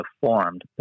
formed